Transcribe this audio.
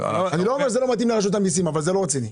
אני לא אומר שזה לא מתאים לרשות המסים אבל זה לא רציני.